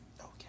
Okay